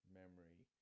memory